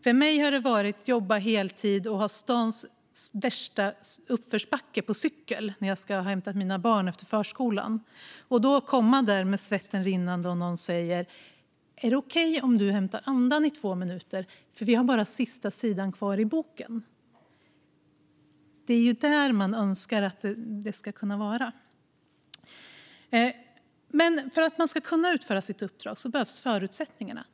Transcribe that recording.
För mig har det varit att jobba heltid, att ha stadens värsta uppförsbacke på cykel när jag ska hämta mina barn efter förskolan och att komma där med svetten rinnande och någon säger: "Är det okej om du hämtar andan i två minuter, för vi har bara sista sidan kvar i boken?" Det är så man önskar att det ska kunna vara. För att man ska kunna utföra sitt uppdrag behövs förutsättningar.